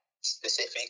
specific